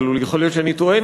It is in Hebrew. אבל יכול להיות שאני טועה,